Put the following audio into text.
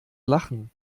lachen